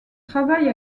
travaille